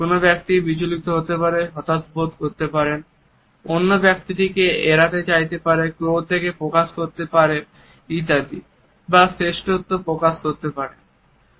কোন ব্যক্তি বিচলিত হতে পারে হতাশ বোধ করতে পারেন অন্য ব্যক্তিটিকে এড়াতে চাইতে পারে ক্রোধকে প্রকাশ করতে চাইতে পারে ইত্যাদি বা শ্রেষ্ঠত্ব প্রকাশ করতে পারেন